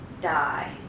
die